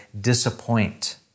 disappoint